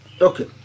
Okay